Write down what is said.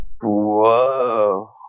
Whoa